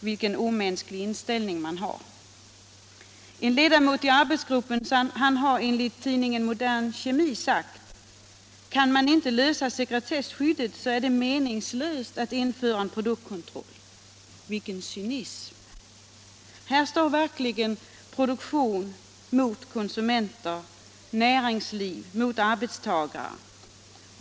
Vilken omänsklig inställning man har! En ledamot i arbetsgruppen har enligt tidningen Modern Kemi sagt: ”Kan man inte lösa sekretesskyddet är det meningslöst att införa en produktkontroll.” Vilken cynism! Här står verkligen produktion mot konsumenter, näringsliv mot arbetstagare.